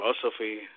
philosophy